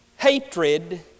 Hatred